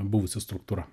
buvusi struktūra